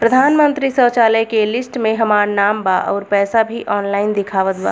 प्रधानमंत्री शौचालय के लिस्ट में हमार नाम बा अउर पैसा भी ऑनलाइन दिखावत बा